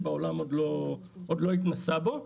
שהעולם עוד לא התנסה בו.